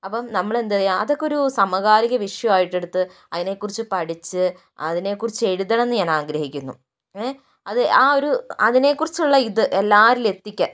അപ്പോൾ നമ്മള് എന്താ ചെയ്യുക അതൊക്കെ ഒരു സമകാലിക വിഷയമായിട്ടെടുത്ത് അതിനെക്കുറിച്ച് പഠിച്ച് അതിനെക്കുറിച്ച് എഴുതണമെന്ന് ഞാൻ ആഗ്രഹിക്കുന്നു ഏഹ് അത് ആ ഒരു അതിനെക്കുറിച്ചുള്ള ഇത് എല്ലാവരിലുമെത്തിക്കാൻ